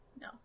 No